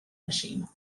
machine